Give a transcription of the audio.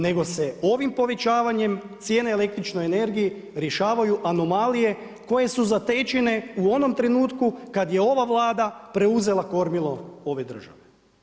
Nego se ovim povećavanje cijene električnoj energije, rješavaju anomalije, koje su zatečene u onom trenutku, kada je ova vlada preuzela kormilo ove države.